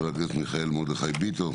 חבר הכנסת מיכאל מרדכי ביטון,